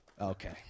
Okay